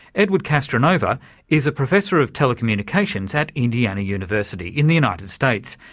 edward castronova is a professor of telecommunications at indiana university in the united states,